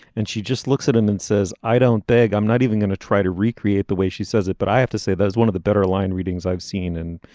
and she just looks at him and says i don't beg i'm not even going to try to recreate the way she says it but i have to say that was one of the better line readings i've seen and